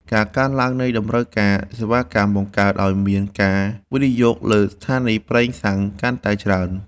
ការកើនឡើងនៃតម្រូវការសេវាកម្ម បង្កើតឱ្យមានការវិនិយោគលើស្ថានីយ៍ប្រេងសាំងកាន់តែច្រើន។